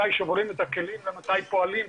מתי שוברים את הכלים ומתי פועלים,